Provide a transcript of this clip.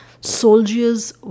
Soldiers